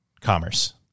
commerce